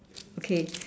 okay